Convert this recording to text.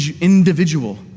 individual